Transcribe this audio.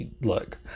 look